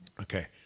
okay